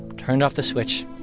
turned off the switch,